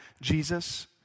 Jesus